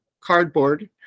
cardboard